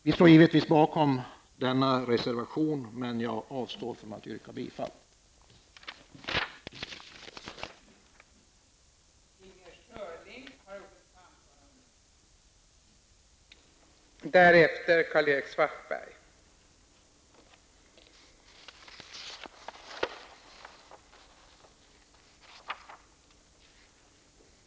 Vi står givetvis bakom denna reservation, men jag avstår från att yrka bifall till den.